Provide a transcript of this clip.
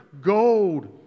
gold